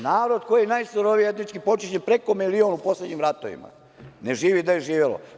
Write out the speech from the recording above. Narod koji je najsurovije etnički počišćen, preko milion u poslednjim ratovima ne živi gde je živelo.